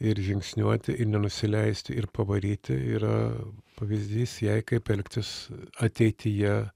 ir žingsniuoti ir nenusileisti ir pavaryti yra pavyzdys jai kaip elgtis ateityje